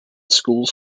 schools